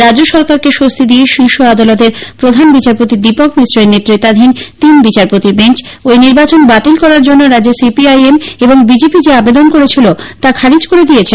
রাজ্য সরকারকে স্বস্তি দিয়ে শীর্ষ আদালতের প্রধান বিচারপতি দীপক মিশ্রের নেতৃত্বাধীন তিন বিচারপতির বেঞ্চ ঐ নির্বাচন বাতিল করার জন্য রাজ্যের সিপিআইএম এবং বিজেপি যে আবেদন করেছিল তা খারিজ করে দিয়েছে